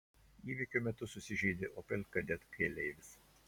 įvykio metu susižeidė opel kadett keleivis